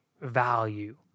value